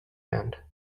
band